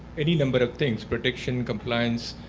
any number of things protection, compliance,